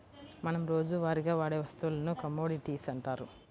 మనం రోజువారీగా వాడే వస్తువులను కమోడిటీస్ అంటారు